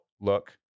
look